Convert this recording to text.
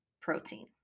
protein